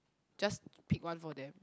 just pick one for them